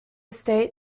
state